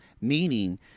meaning